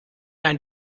ein